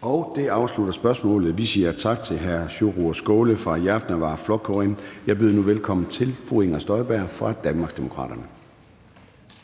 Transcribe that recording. Kl. 13:36 Formanden (Søren Gade): Det afslutter spørgsmålet. Vi siger tak hr. Sjúrður Skaale fra Javnaðarflokkurin. Jeg byder nu velkommen til fru Inger Støjberg fra Danmarksdemokraterne.